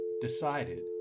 decided